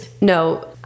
No